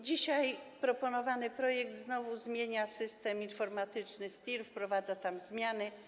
Dzisiaj proponowany projekt znowu zmienia system informatyczny STIR, wprowadza tam zmiany.